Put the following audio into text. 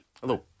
Hello